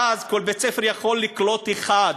ואז כל בית-ספר יכול לקלוט אחד,